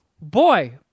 boy